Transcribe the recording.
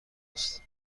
است